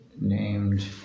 named